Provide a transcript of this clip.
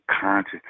conscious